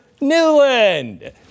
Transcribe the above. Newland